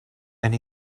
and